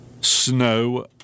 Snow